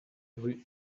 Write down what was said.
rue